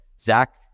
Zach